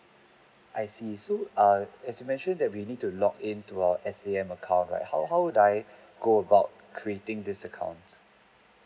I see so err as you mentioned that we need to log in to our S_A_M account right how how would I go about creating this account